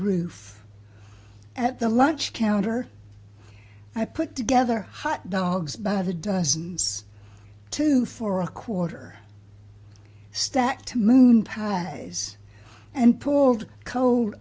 roof at the lunch counter i put together hot dogs by the dozens to for a quarter stacked moon pies and poor old cold